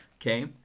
okay